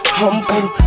humble